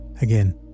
Again